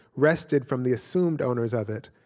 wrested from the assumed owners of it,